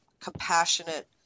compassionate –